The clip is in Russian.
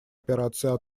операции